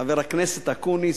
חבר הכנסת אקוניס,